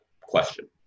question